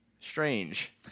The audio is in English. Strange